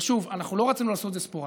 אבל שוב, אנחנו לא רצינו לעשות את זה ספורדי.